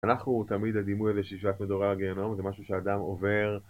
אנחנו תמיד הדימוי הזה ששת מדורי הגיהנום זה משהו שאדם עובר